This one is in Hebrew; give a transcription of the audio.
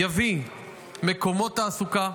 הוא יביא מקומות תעסוקה,